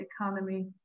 economy